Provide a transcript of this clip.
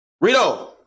Rito